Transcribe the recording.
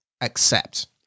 accept